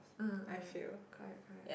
um um correct correct